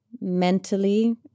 mentally